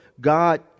God